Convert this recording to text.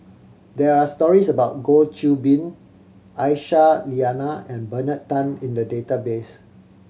there are stories about Goh Qiu Bin Aisyah Lyana and Bernard Tan in the database